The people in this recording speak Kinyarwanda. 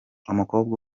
umukobwa